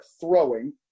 throwing